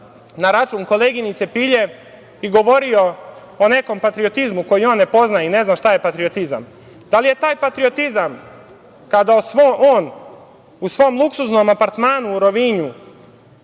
na račun koleginice Pilje i govorio o nekom patriotizmu koji on ne poznaje i ne zna šta je patriotizam. Da li je taj patriotizam kada on u svom luksuznom apartmanu u Rovinju